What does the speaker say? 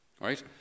right